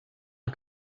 not